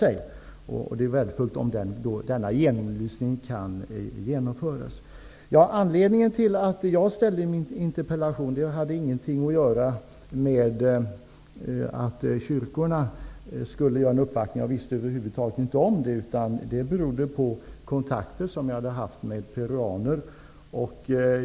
Det är därför värdefullt om denna genomlysning kan genomföras. Anledningen till att jag framställde min interpellation var inte att kyrkorna skulle göra en uppvaktning -- jag visste över huvud taget inte om det -- utan det var de kontakter som jag hade haft med peruaner.